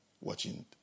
watching